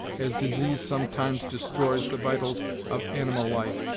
as disease sometimes destroys the vitals of animal life,